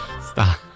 stop